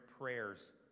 prayers